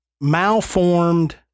malformed